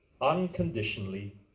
unconditionally